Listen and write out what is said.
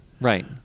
Right